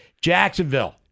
Jacksonville